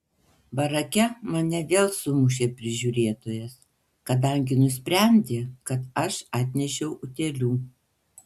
barake mane vėl sumušė prižiūrėtojas kadangi nusprendė kad aš atnešiau utėlių